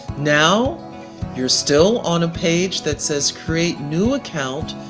now you're still on a page that says create new account.